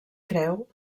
creu